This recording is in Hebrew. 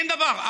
אין דבר.